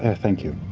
ah thank you.